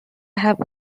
have